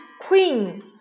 Queen